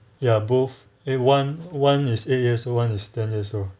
ya both eh one one is eight years one is ten years old